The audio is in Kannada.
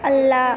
ಅಲ್ಲ